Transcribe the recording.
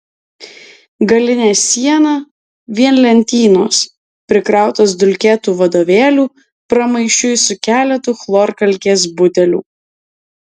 galinė siena vien lentynos prikrautos dulkėtų vadovėlių pramaišiui su keletu chlorkalkės butelių